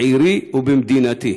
בעירי ובמדינתי.